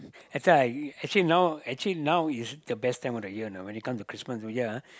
that's why actually now actually now is the best time of the year you know when it comes to Christmas New Year ah